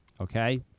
Okay